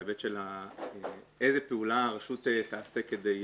ובהיבט של איזו פעולה הרשות תעשה כדי